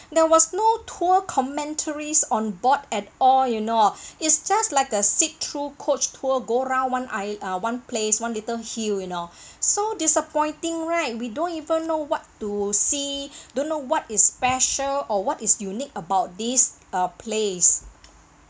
there was no tour comment tourists on board at all you know it's just like a sit through coach tour go around one isl~ uh one place one little hill you know so disappointing right we don't even know what to see don't know what is special or what is unique about this uh place